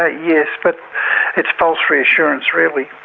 ah yes, but it's false reassurance really.